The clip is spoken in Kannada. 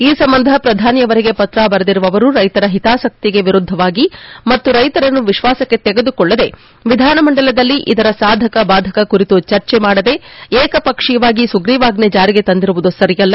ಈ ಸಂಬಂಧ ಪ್ರಧಾನಿಯವರಿಗೆ ಪತ್ರ ಬರೆದಿರುವ ಅವರು ರೈತರ ಹಿತಾಸಕ್ಕಿಗೆ ವಿರುದ್ಧವಾಗಿ ಮತ್ತು ರೈತರನ್ನು ವಿಶ್ವಾಸಕ್ಕೆ ತೆಗೆದುಕೊಳ್ಳದೆ ವಿಧಾನಮಂಡಲದಲ್ಲಿ ಇದರ ಸಾಧಕ ಬಾಧಕ ಕುರಿತು ಚರ್ಚೆ ಮಾಡದೆ ಏಕಪಕ್ಷೀಯವಾಗಿ ಸುಗ್ರೀವಾಜ್ಞೆ ಚಾರಿಗೆ ತಂದಿರುವುದು ಸರಿಯಲ್ಲ